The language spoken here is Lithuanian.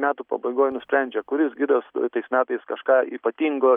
metų pabaigoj nusprendžia kuris gidas tais metais kažką ypatingo